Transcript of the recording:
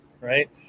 right